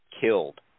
killed